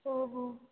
हो हो